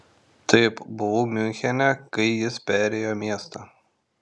taip buvau miunchene kai jis perėjo miestą